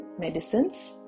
medicines